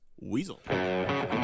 Weasel